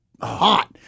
hot